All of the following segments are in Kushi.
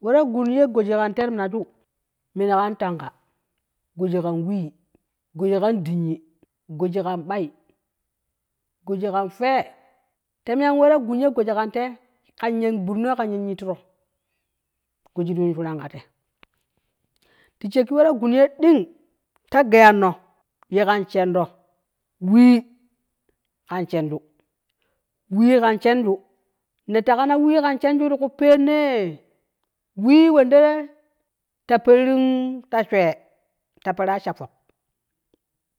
We ta gunye goji kante ti mina ju, mini kan tanga goji kan wii goji kan dinyi goji kan ɓai goji kan fee, temyan wetagunye goji kante yen gɓidino kanye tittiro goji ti yuun shuran kate ti shekki we ta gunye ding ta geyanno ye kan shendo wii kan shenju wii kan shenju ne tega na wii kan shenju ti ku pennee, wii wendee ta peru ta swe te pera sha fok,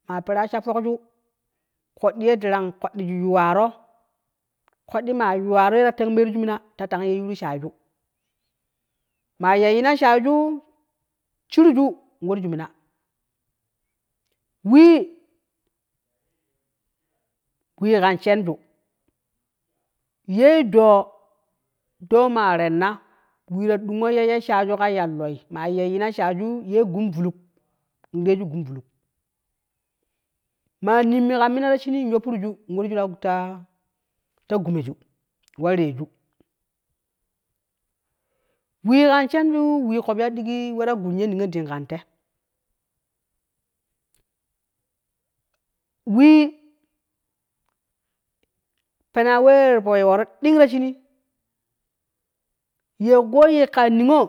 maa peraa sha foklu koddi ye darang koddiju yuwaro koddi maa yuwaro ye ta tang meeru ju, ta tang yeiyuru shaiju, maa yeiyuna shaiju shirju in warju mina wii wii kan shenju, yee doo doo maa renna wii ta dungu yeiyo shaiju ka yalloi maa yeiyina shaiju ye gun vuluk, in reeju gu vuluk maa nimmi kan mina in yoppurju in warju ta ta ta gumejo wa reeju wii kan shenjuu wii kopya digii we ta gun ye niyen ding kante, wii penaa wee po yooro ding ta shinii, yee ko yikka niyo.